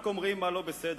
רק אומרים מה לא בסדר.